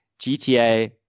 GTA